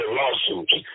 lawsuits